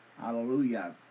hallelujah